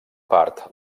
part